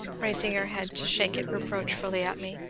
raising her head to shake it reproachfully at me,